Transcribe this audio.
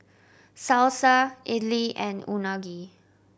Salsa Idili and Unagi